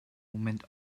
moment